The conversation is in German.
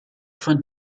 von